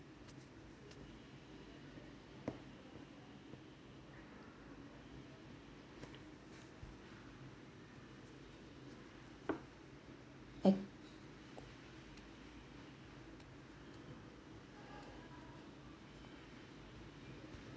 and